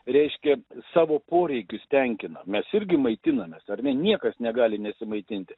reiškia savo poreikius tenkina mes irgi maitinamės ar ne niekas negali nesimaitinti